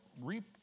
reap